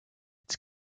its